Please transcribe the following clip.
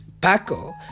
Paco